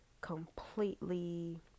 completely